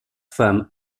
femme